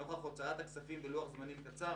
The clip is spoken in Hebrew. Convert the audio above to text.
נוכח הוצאת הכספים בלוח זמנים קצר,